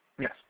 Yes